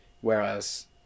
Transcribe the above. Whereas